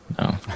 no